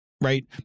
Right